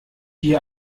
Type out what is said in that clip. hier